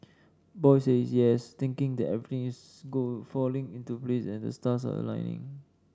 boy says yes thinking that everything is go falling into place and the stars are aligning